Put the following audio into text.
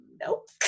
nope